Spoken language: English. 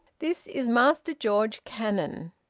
this is master george cannon.